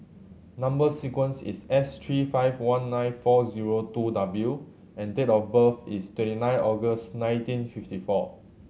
number sequence is S three five one nine four zero two W and date of birth is twenty nine August nineteen fifty four